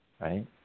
Right